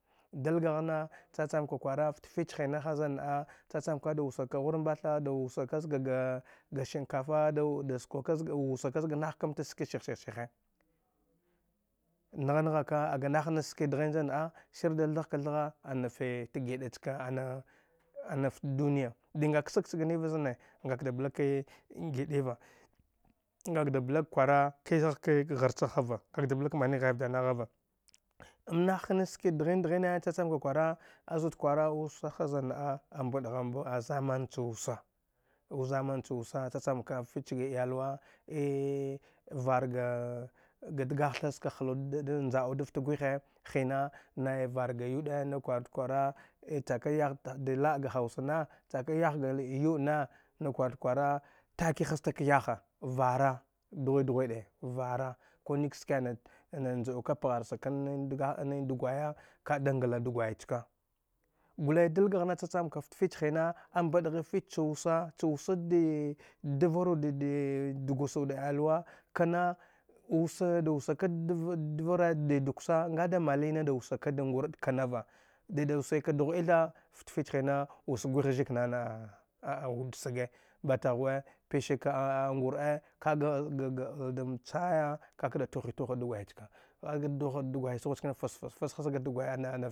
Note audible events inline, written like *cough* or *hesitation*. Dalgagh na cha cham ka kwara fta fich a hinaha zan na’a cha chamka da wusaka ghubatha da wusa ka zga ga ga shinkafa *hesitation* wusa kaz ga nahkan ta cha ski shih-shih-shihe ngha nghaka aga nah ski dghin zan na’a shir da thagh ka thgha ana fe fta giɗa chika ana anft dunya di nga ksag cha ga niva zane ngaka da blake giɗiva ngaka da blak mani ghai vda na ghava mnah chamka kwara azud kwara wusa tia zan na’a abaɗgha bɗa a zamani chu wusa mzamn chu wusa cha-cham ka fieh ga iyalwa ei vargaa ga dgagh tha ska hla wud nja’au ɗafta gwihe hina nai var ga yuɗe na kwwarud kwara *hesitation* chaka ya da la’aga hausane chaka yah *hesitation* ga yuɗ ne na kwart kwala taki hasta ka yaha vayra ɗghwiɗ ɗghwiɗe vaara kunikshe *hesitation* ana nka nja; oka pghar sag kann *hesitation* ndgwaya ka. a da ngla dgwai chka gule dai gagh na cha-chamka fla fich hina abaɗ fhi fich cha wusa sha wusa de dvani wudi de dgusa wude iyalwa kan na wusa da wusaka dvaare de dguga nga da mali na da wusaka da ngur pa kanava dida wusika dugh itha fta fich hina wus gwih zik nana *hesitation* a wud sage batagh we pisik a ngura kaga ga bal dam chaya kaka da tuhu tuhu dgwai chka aga thuhach dgwai sghu chkani fas-fsa- fas haz ga dgwai ana